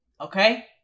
Okay